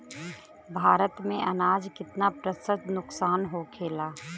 भारत में अनाज कितना प्रतिशत नुकसान होखेला?